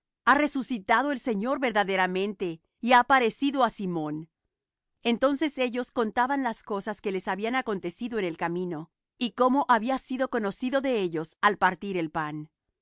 ha resucitado el señor verdaderamente y ha aparecido á simón entonces ellos contaban las cosas que les habían acontecido en el camino y cómo había sido conocido de ellos al partir el pan